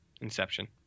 Inception